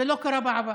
זה לא קרה בעבר,